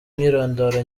imyirondoro